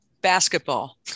basketball